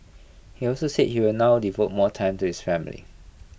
he also said he will now devote more time to his family